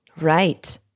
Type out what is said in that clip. Right